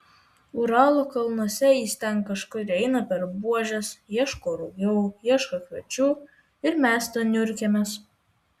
uralo kalnuose jis ten kažkur eina per buožes ieško rugių ieško kviečių ir mes ten niurkėmės